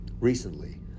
Recently